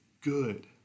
good